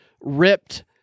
ripped